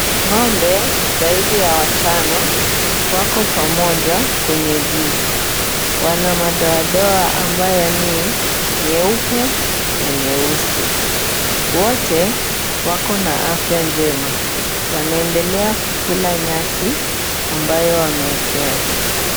Ng'ombe zaidi ya watano, wako pamoja kwenye zizi. Wana madoadoa ambayo ni nyeupe na nyeusi. Wote, wako na afya njema. Wanaendelea kukula nyasi ambayo wamewekewa.